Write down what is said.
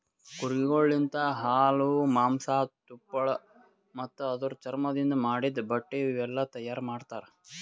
ಕುರಿಗೊಳ್ ಲಿಂತ ಹಾಲು, ಮಾಂಸ, ತುಪ್ಪಳ ಮತ್ತ ಅದುರ್ ಚರ್ಮದಿಂದ್ ಮಾಡಿದ್ದ ಬಟ್ಟೆ ಇವುಯೆಲ್ಲ ತೈಯಾರ್ ಮಾಡ್ತರ